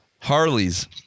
Harley's